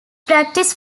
practice